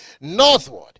northward